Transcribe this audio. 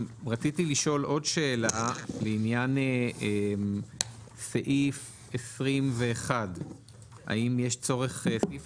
רציתי לשאול עוד שאלה לעניין סעיף 21. סעיף